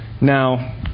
Now